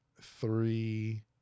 three